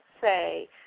say